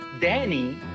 Danny